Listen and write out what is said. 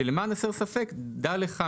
שלמען הסר ספק דע לך,